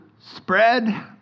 Spread